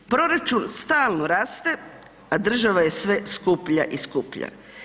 Proračun stalno raste a država je sve skuplja i skuplja.